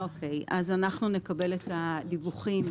אנחנו נקבל את הדיווחים,